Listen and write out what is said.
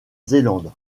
zélande